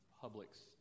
public's